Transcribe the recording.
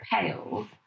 pale